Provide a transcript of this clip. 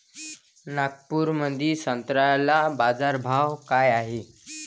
नागपुरामंदी संत्र्याले बाजारभाव काय हाय?